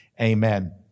amen